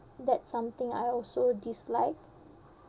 that's something I also dislike